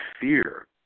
fear